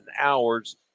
hours